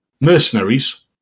mercenaries